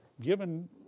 given